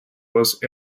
was